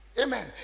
Amen